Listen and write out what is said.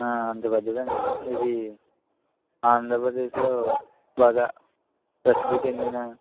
అంత పెద్దదండి ఇది ఇది ఆంధ్రప్రదేశ్లో బాగా ప్రసిద్ధి చెందిన